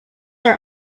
are